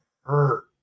hurt